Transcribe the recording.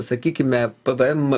sakykime pvm